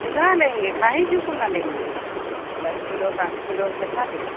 कितना लेंगे खा ही जो कि ना लेंगे दस किलो पाँच किलो कितना लेंगे